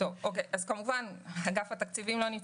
אין כאן נציגים של אגף התקציבים,